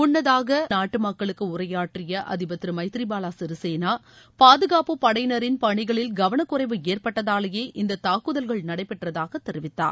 முன்னதாக நாட்டு மக்களுக்கு உரையாற்றிய அதிபர் திரு மைத்திரி பால சிறிசேனா பாதுகாப்பு படையினரின் பணிகளில் கவனக்குறைவு ஏற்பட்டதாலேயே இந்த தாக்குதல்கள் நடைபெற்றதாக தெரிவித்தார்